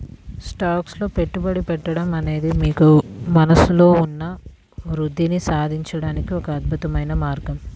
stocks లో పెట్టుబడి పెట్టడం అనేది మీకు మనస్సులో ఉన్న వృద్ధిని సాధించడానికి ఒక అద్భుతమైన మార్గం